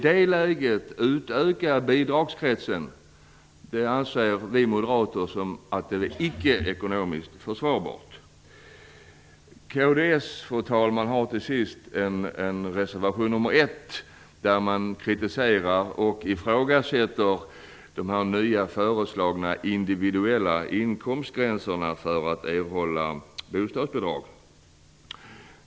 Vi moderater anser icke att det är ekonomiskt försvarbart att i det läget utöka bidragskretsen. Fru talman! I kds reservation nr 1 kritiserar och ifrågasätter man de nya föreslagna individuella inkomstgränserna för erhållande av bostadsbidrag.